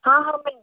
हाँ हाँ